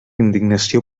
indignació